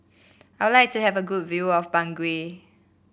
I would like to have a good view of Bangui